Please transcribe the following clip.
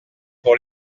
pour